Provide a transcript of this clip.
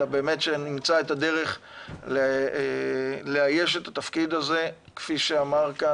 אלא שנמצא את הדרך לאייש את התפקיד הזה כפי שאמר כאן,